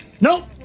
Nope